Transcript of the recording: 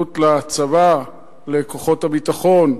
בהתנדבות לצבא, לכוחות הביטחון,